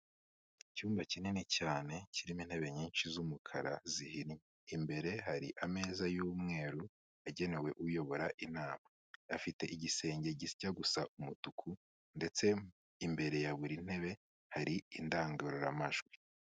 Icyumba kinini cyane kirimo intebe nyinshi z'umukara zihinnye, imbere hari ameza y'umweru yagenewe uyobora inama, afite igisenge kijya gusa umutuku, ndetse imbere ya buri ntebe hari indangururamajwi.